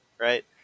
Right